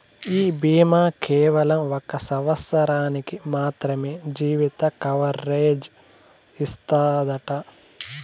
ఈ బీమా కేవలం ఒక సంవత్సరానికి మాత్రమే జీవిత కవరేజ్ ఇస్తాదట